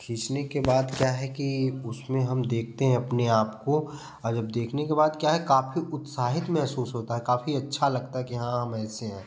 खींचने के बाद क्या है कि उसमें हम देखते हैं अपने को और जब देखने के बाद क्या है काफ़ी उत्साहित महसूस होता है काफ़ी अच्छा लगता है कि हाँ हम ऐसे हैं